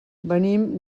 venim